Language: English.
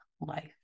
life